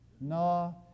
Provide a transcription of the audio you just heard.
No